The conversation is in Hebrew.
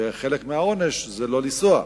וחלק מהעונש זה לא לנסוע,